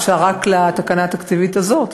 אפשר רק לתקנה התקציבית הזאת,